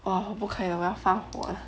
orh 我不可以我要发火了